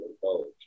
college